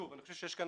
אני חושב שיש כאן